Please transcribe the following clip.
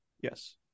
Yes